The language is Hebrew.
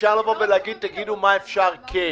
אפשר לבוא ולהגיד: תגידו, מה אפשר כן?